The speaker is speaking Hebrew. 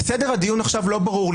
סדר הדיון לא ברור לי.